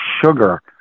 sugar